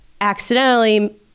accidentally